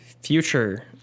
future